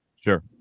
Sure